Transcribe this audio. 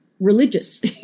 Religious